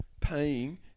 Paying